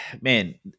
man